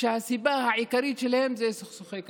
שהסיבה העיקרית להם זה סכסוכי קרקעות.